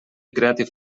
creative